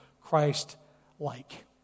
Christ-like